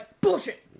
bullshit